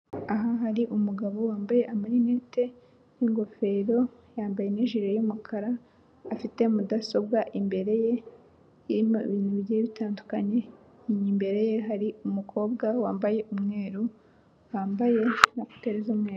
Aha hari umugabo wambaye amarinete n'ingofero, yambaye n'ijire y'umukara, afite mudasobwa imbere ye irimo ibintu bigiye bitandukanye, imbere ye hari umukobwa wambaye umweru, wambaye na ekuteri z'umweru.